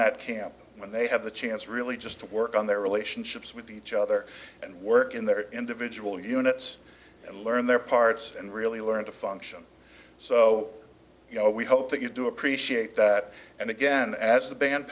that camp when they have the chance really just to work on their relationships with each other and work in their individual units and learn their parts and really learn to function so you know we hope that you do appreciate that and again as the band